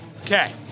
Okay